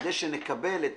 כדי שנקבל את